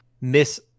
miss